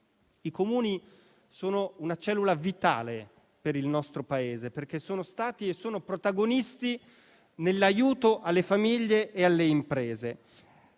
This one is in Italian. che sono una cellula vitale per il nostro Paese perché sono stati e sono protagonisti nell'aiuto alle famiglie e alle imprese.